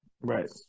Right